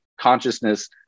consciousness